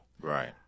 right